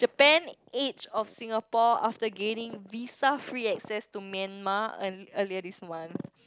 Japan edge off Singapore after gaining visa free access to Myanmar ear~ earlier this month